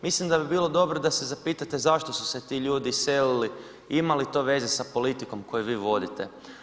Mislim da bi bilo dobro da se zapitate zašto su se ti ljudi iselili ima li to veze sa politikom koju vi vodite.